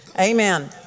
Amen